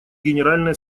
генеральной